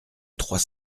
trois